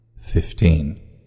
Fifteen